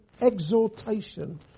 exhortation